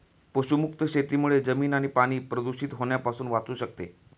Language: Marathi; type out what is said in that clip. पशुमुक्त शेतीमुळे जमीन आणि पाणी प्रदूषित होण्यापासून वाचू शकते